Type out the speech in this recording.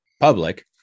public